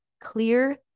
clear